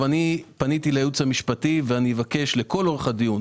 פניתי לייעוץ המשפטי ואני אבקש לכל אורך הדיון